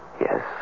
Yes